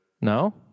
No